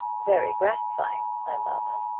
very gratifying! i murmured.